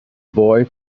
boy